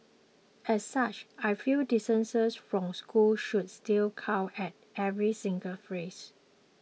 as such I feel distances from school should still count at every single phrase